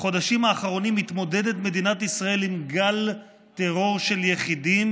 "בחודשים האחרונים מתמודדת מדינת ישראל עם גל טרור של יחידים,